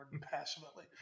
passionately